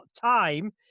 Time